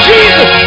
Jesus